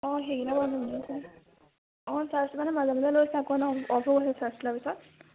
অঁ সেইকেইটা বাৰু অঁ চাৰ্জ মানে মাজে মাজে লৈছে আকৌ অ'ফ হৈ গৈছে চাৰ্জ লোৱাৰ পিছত